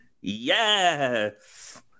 Yes